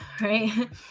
right